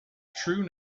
true